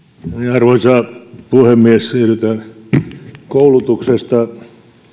arvoisa puhemies siirrytään koulutuksesta